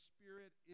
Spirit